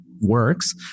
works